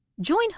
Join